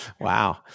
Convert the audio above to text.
Wow